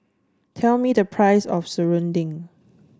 tell me the price of Serunding